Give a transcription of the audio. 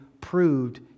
proved